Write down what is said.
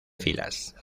filas